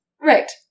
Right